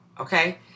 Okay